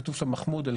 כתוב שם מחמוד אל